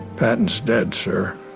patton is dead, sir.